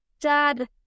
dad